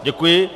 Děkuji.